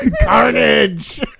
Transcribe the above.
Carnage